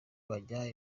bajyana